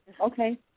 Okay